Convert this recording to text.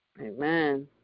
amen